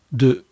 de